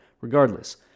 Regardless